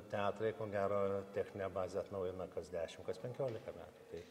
teatrai ko gero techninę bazę atnaujina kas dešim kas penkiolika metų tai